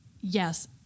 Yes